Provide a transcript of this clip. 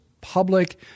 public